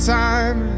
time